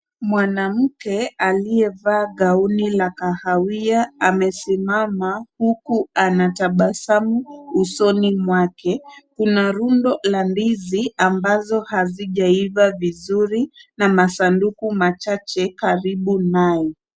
Mwanamke aliyevaa gauni la kahawia amesimama huku anatabasamu usoni mwake. Kuna rundo la ndizi ambazo hazijaiva vizuri na masanduku machache karibu naye.